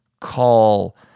call